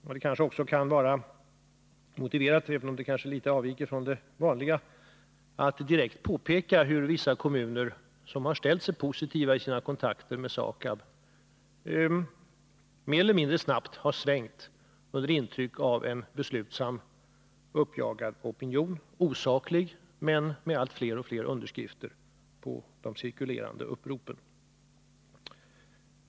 Det kan kanske — även om det litet avviker från den vanliga ordningen — vara motiverat att direkt påpeka hur vissa kommuner som har ställt sig positiva i sina kontakter med SAKAB mer eller mindre snabbt har svängt under intryck av en beslutsam och uppjagad opinion. Opinionen har ofta varit osaklig, men lyckats få allt fler underskrifter på de cirkulerande uppropen.